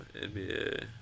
nba